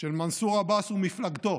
של מנסור עבאס ומפלגתו